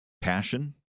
passion